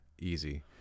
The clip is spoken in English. easy